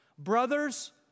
brothers